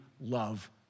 love